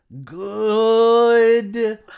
good